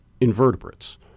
invertebrates